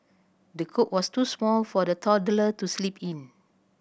the cot was too small for the toddler to sleep in